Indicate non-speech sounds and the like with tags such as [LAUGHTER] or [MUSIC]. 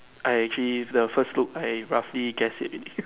I actually the first look I roughly guessed it already [NOISE]